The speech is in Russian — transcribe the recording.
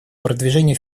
продвижение